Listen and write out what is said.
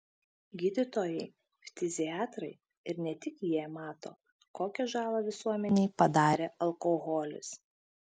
gydytojai ftiziatrai ir ne tik jie mato kokią žalą visuomenei padarė alkoholis